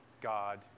God